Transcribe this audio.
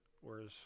Whereas